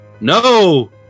no